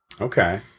Okay